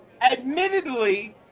admittedly